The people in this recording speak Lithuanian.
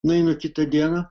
nueinu kitą dieną